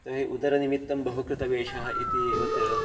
तर्हि उदरनिमित्तं बहु कृतवेषः इतिवत्